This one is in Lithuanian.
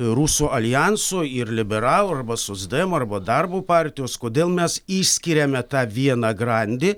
rusų aljanso ir liberalų arba socdemų arba darbo partijos kodėl mes išskiriame tą vieną grandį